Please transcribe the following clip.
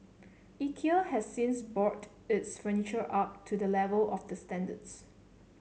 Ikea has since brought its furniture up to the level of the standards